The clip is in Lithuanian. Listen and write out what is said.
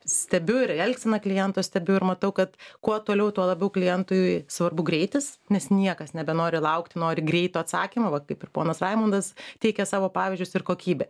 stebiu ir elgseną kliento stebiu ir matau kad kuo toliau tuo labiau klientui svarbu greitis nes niekas nebenori laukti nori greito atsakymo va kaip ir ponas raimundas teikia savo pavyzdžius ir kokybė